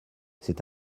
c’est